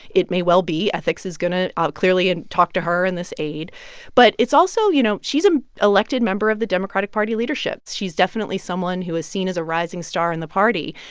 it may well be. ethics is going to ah clearly and talk to her and this aide but it's also you know, she's an elected member of the democratic party leaderships. she's definitely someone who is seen as a rising star in the party.